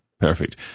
Perfect